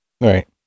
Right